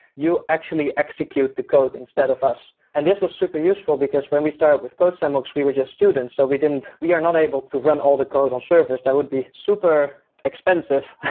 you actually execute the code instead of us and this was super useful, because when we started with codesandbox we were just students, so we didn't we are not able to run all the code on servers. that would be super expensive.